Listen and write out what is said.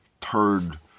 turd